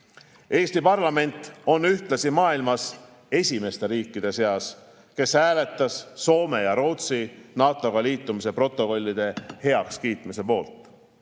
Eesti parlament on ühtlasi maailmas esimeste riikide seas, kes hääletas Soome ja Rootsi NATO‑ga liitumise protokollide heakskiitmise poolt. Oleme